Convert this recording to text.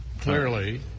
Clearly